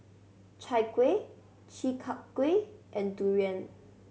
Chai Kueh Chi Kak Kuih and durian